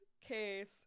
case